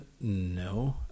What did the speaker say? No